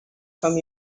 from